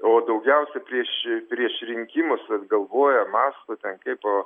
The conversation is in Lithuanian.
o daugiausia prieš prieš rinkimus vis galvoja mąsto ten kaip o